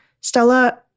Stella